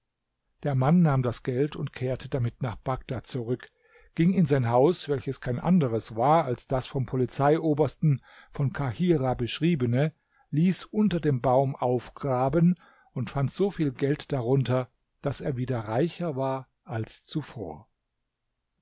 der mann nahm das geld und kehrte damit nach bagdad zurück ging in sein haus welches kein anderes war als das vom polizeiobersten von kahirah beschriebene ließ unter dem baum aufgraben und fand so viel geld darunter daß er wieder reicher war als zuvor